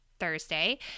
Thursday